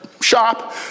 shop